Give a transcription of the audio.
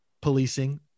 policing